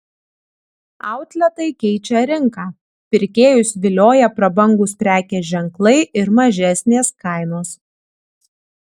outletai keičia rinką pirkėjus vilioja prabangūs prekės ženklai ir mažesnės kainos